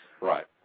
Right